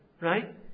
Right